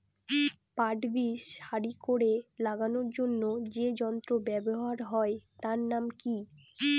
পাট বীজ সারি করে লাগানোর জন্য যে যন্ত্র ব্যবহার হয় তার নাম কি?